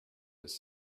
his